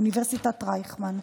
מאוניברסיטת רייכמן,